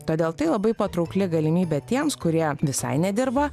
todėl tai labai patraukli galimybė tiems kurie visai nedirba